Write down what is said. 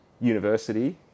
university